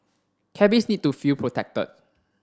cabbies need to feel protected